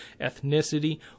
ethnicity